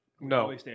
no